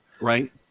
right